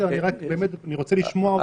אני רק באמת רוצה לשמוע אותם.